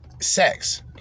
sex